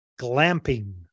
glamping